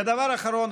ודבר אחרון,